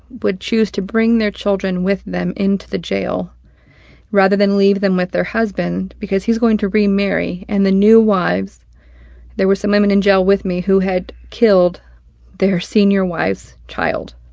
would choose to bring their children with them into the jail rather than leave them with their husband, because he's going to remarry, and the new wives there were some women in jail with me who had killed their senior wife's child.